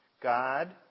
God